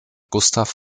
gustav